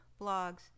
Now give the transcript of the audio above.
blogs